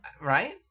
Right